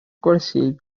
gwersi